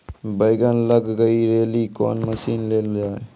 बैंगन लग गई रैली कौन मसीन ले लो जाए?